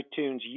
iTunes